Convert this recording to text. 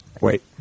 wait